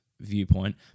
viewpoint